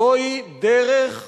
זוהי דרך פסולה,